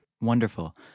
Wonderful